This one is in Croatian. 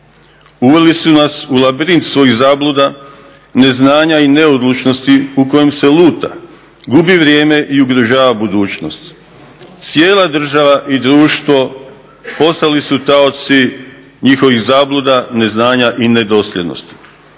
Uveli su nas u labirint svojih zabluda, neznanja i neodlučnosti u kojem se luta, gubi vrijeme i ugrožava budućnost. Cijela država i društvo postali su taoci njihovih zabluda, neznanja i nedosljednosti.